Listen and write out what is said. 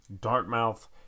dartmouth